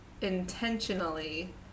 intentionally